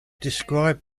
described